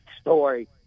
story